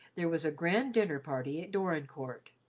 there was a grand dinner party at dorincourt.